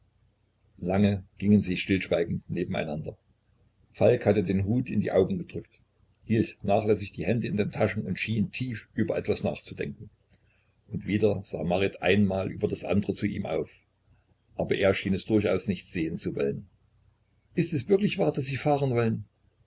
lange gingen sie stillschweigend nebeneinander falk hatte den hut in die augen gedrückt hielt nachlässig die hände in den taschen und schien tief über etwas nachzudenken und wieder sah marit ein mal über das andre zu ihm auf aber er schien es durchaus nicht sehen zu wollen ist es wirklich wahr daß sie fahren wollen